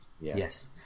yes